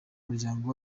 muryango